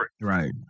right